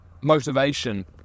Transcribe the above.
motivation